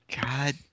God